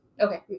Okay